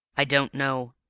i don't know.